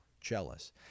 Jealous